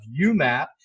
UMAP